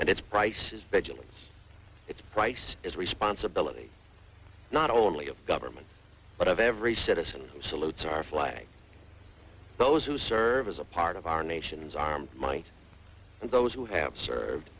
and its price is vigilance its price is a responsibility not only of government but of every citizen salutes our flag those who serve as a part of our nation's armed might and those who have served